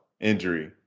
injury